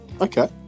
okay